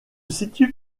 situe